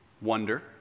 Wonder